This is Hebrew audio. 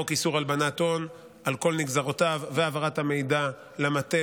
חוק איסור הלבנת הון על כל נגזרותיו והעברת המידע למטה